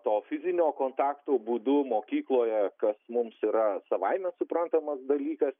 to fizinio kontakto būdu mokykloje kas mums yra savaime suprantamas dalykas